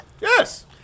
Yes